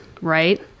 right